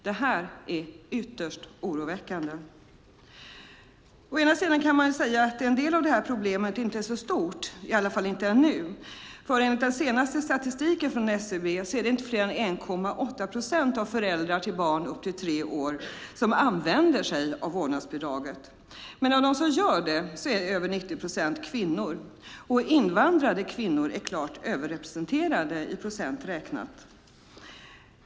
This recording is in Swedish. Det här är ytterst oroväckande. Man kan säga att en del av det här problemet inte är så stort, i alla fall inte nu, för enligt den senaste statistiken från SCB är det inte fler än 1,8 procent av föräldrar till barn upp till tre år som använder sig av vårdnadsbidraget. Men av dem som gör det är över 90 procent kvinnor, och invandrade kvinnor är klart överrepresenterade, räknat i procent.